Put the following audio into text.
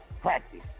Practice